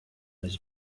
his